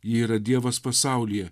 ji yra dievas pasaulyje